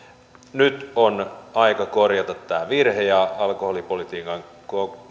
nyt on aika korjata tämä virhe ja alkoholipolitiikan